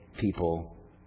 people